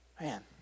Man